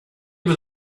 was